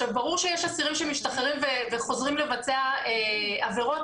ברור שיש אסירים שמשתחררים וחוזרים לבצע עבירות,